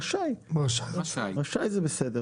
רשאי זה בסדר.